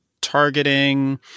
targeting